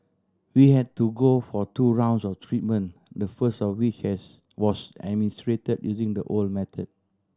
we had to go for two rounds of treatment the first of which is was administered using the old method